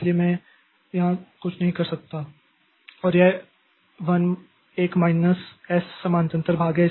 इसलिए मैं यहां कुछ नहीं कर सकता और यह 1 माइनस एस समानांतर भाग है